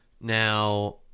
Now